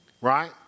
right